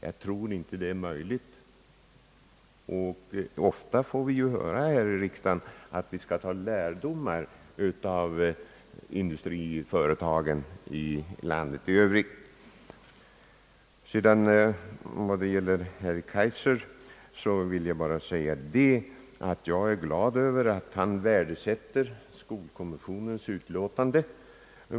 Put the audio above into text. Jag tror inte att det är möjligt. Ofta får vi höra här i riksdagen att vi skall ta lärdom av industriföretagen. Vad sedan gäller herr Kaijser vill jag bara säga att jag är glad över att han värdesätter skolkommissionens betänkande.